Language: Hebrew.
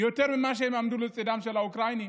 יותר ממה שהם עמדו לצידם של האוקראינים.